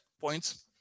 points